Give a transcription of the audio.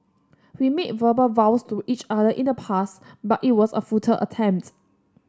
we made verbal vows to each other in the past but it was a futile attempts